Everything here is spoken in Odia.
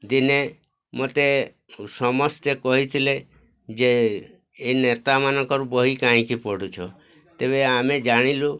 ଦିନେ ମୋତେ ସମସ୍ତେ କହିଥିଲେ ଯେ ଏ ନେତାମାନଙ୍କର ବହି କାହିଁକି ପଢ଼ୁଛ ତେବେ ଆମେ ଜାଣିଲୁ